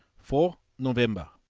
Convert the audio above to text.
four november.